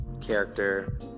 character